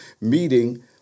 meeting